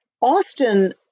Austin